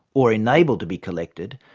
or enabled to be collected,